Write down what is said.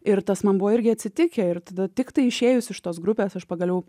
ir tas man buvo irgi atsitikę ir tada tiktai išėjus iš tos grupės aš pagaliau